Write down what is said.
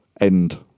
end